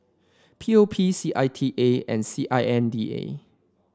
P O P C I T A and S I N D A